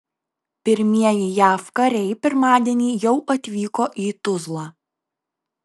pirmieji jav kariai pirmadienį jau atvyko į tuzlą